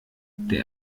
der